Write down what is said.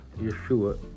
Yeshua